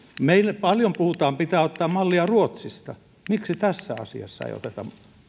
meillä paljon puhutaan että pitää ottaa mallia ruotsista miksi tässä asiassa ei oteta